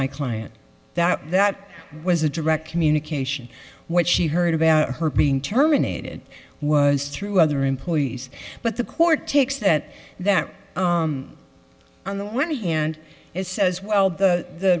my client that that was a direct communication what she heard about her being terminated was through other employees but the court takes that that on the one hand it says well the